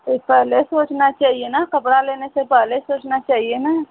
ये पहले सोचना चाहिए ना कपड़ा लेने से पहले सोचना चाहिए ना